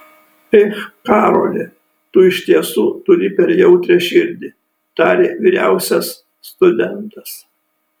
ech karoli tu iš tiesų turi per jautrią širdį tarė vyriausias studentas